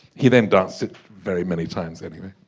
he then danced it very many times anyway.